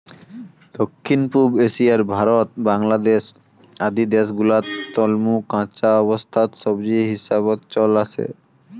দক্ষিণ পুব এশিয়ার ভারত, বাংলাদ্যাশ আদি দ্যাশ গুলাত তলমু কাঁচা অবস্থাত সবজি হিসাবত চল আসে